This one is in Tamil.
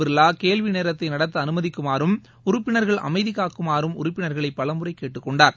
பிர்லா கேள்விநேரத்தைநடத்தஅனுமதிக்குமாறுஉறுப்பினர்கள் அமைதிகாக்குமாறுஉறுப்பினர்களைபலமுறைகேட்டுக் கொண்டார்